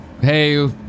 hey